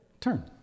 turn